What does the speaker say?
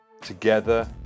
Together